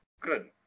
Good